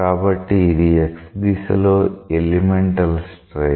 కాబట్టి ఇది x దిశలో ఎలిమెంటల్ స్ట్రెయిన్